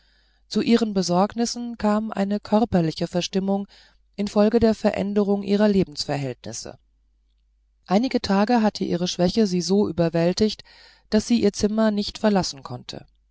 zu ihren besorgnissen kam eine körperliche verstimmung infolge der veränderung ihrer lebensverhältnisse einige tage hatte ihre schwäche sie so überwältigt daß sie ihr zimmer nicht verlassen konnte